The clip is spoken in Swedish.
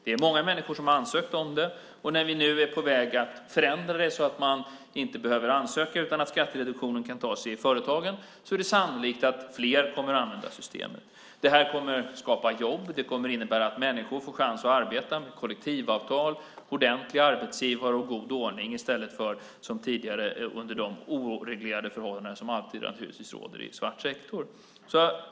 Det är många människor som har ansökt om det, och när vi nu är på väg att förändra det så att man inte behöver ansöka utan skattereduktionen kan tas i företagen är det sannolikt att fler kommer att använda systemet. Det här kommer att skapa jobb. Det kommer att innebära att människor får chans att arbeta med kollektivavtal, ordentliga arbetsgivare och god ordning, i stället för som tidigare under de oreglerade förhållanden som alltid råder i svart sektor.